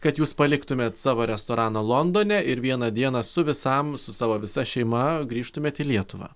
kad jūs paliktumėt savo restoraną londone ir vieną dieną su visam su savo visa šeima grįžtumėt į lietuvą